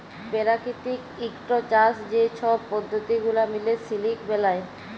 পেরাকিতিক ইকট চাষ যে ছব পদ্ধতি গুলা মিলে সিলিক বেলায়